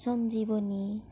Sanjivani